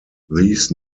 these